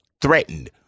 threatened